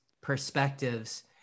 perspectives